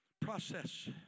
process